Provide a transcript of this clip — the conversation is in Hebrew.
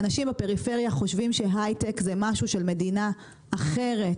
אנשים בפריפריה חושבים שהייטק זה משהו של מדינה אחרת.